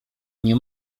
nie